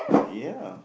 ya